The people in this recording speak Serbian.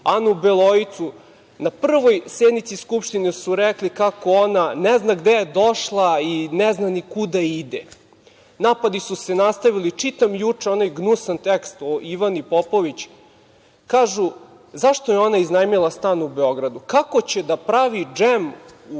Anu Beloicu: Na prvoj sednici Skupštine su rekli kako ona ne zna gde je došla i ne zna ni kuda ide. Napadi su se nastavili. Čitam juče onaj gnusan tekst o Ivani Popović. Kažu: "Zašto je ona iznajmila stan u Beogradu? Kako će da pravi džem u Krupnju